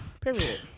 period